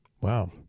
wow